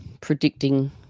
Predicting